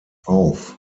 auf